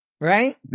Right